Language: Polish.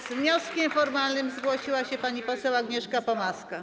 Z wnioskiem formalnym zgłosiła się pani poseł Agnieszka Pomaska.